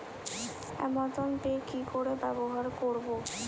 Amazon Pay কি করে ব্যবহার করব?